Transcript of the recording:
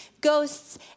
ghosts